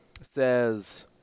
says